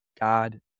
God